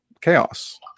chaos